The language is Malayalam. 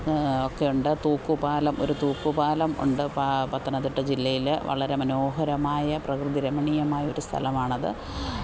ഒക്കെയുണ്ട് തൂക്കുപാലം ഒരു തൂക്കുപാലം ഉണ്ട് പത്തനംതിട്ട ജില്ലയിൽ വളരെ മനോഹരമായ പ്രകൃതിരമണീയമായൊരു സ്ഥലമാണത്